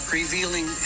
revealing